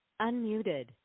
Unmuted